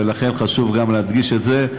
ולכן חשוב גם להדגיש את זה,